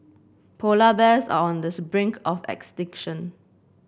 polar bears are on the brink of extinction